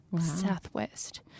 southwest